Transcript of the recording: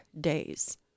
days